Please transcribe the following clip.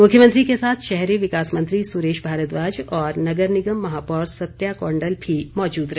मुख्यमंत्री के साथ शहरी विकास मंत्री सुरेश भारद्वाज और नगर निगम महापौर सत्या कौंडल भी मौजूद रहे